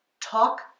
talk